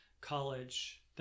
college